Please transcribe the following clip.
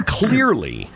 clearly